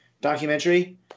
documentary